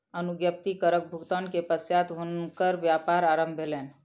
अनुज्ञप्ति करक भुगतान के पश्चात हुनकर व्यापार आरम्भ भेलैन